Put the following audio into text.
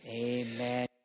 amen